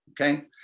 okay